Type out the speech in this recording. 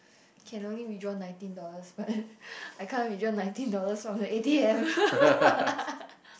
can only withdraw nineteen dollars but I can't withdraw nineteen dollars from the a_t_m